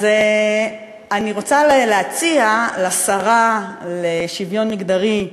אז אני רוצה להציע לשרה לשוויון מגדרי,